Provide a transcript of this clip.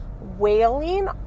wailing